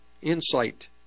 insight